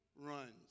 runs